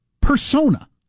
persona